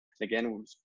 Again